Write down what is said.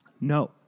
No